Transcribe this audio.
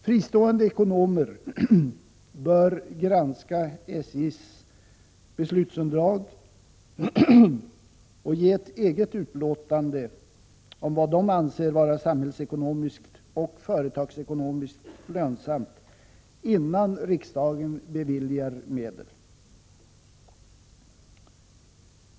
Fristående ekonomer bör granska SJ:s beslutsunderlag och ge ett eget utlåtande om vad de anser vara samhällsekonomiskt och företagsekonomiskt lönsamt innan riksdagen beviljar medel.